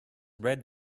read